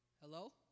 Hello